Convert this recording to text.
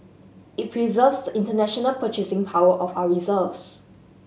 it preserves the international purchasing power of our reserves